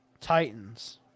Titans